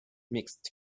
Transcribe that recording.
mixed